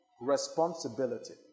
Responsibility